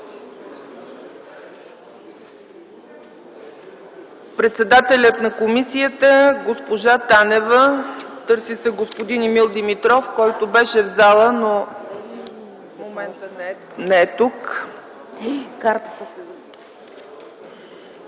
председателят на комисията госпожа Десислава Танева. Търси се господин Емил Димитров, който беше в залата, но в момента не е тук.